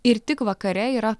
ir tik vakare yra